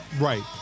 Right